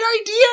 idea